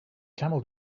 camel